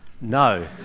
No